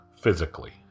physically